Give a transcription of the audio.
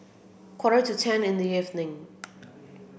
quarter to ten in the evening